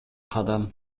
кадам